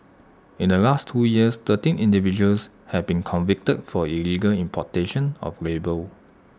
in the last two years thirteen individuals have been convicted for illegal importation of labour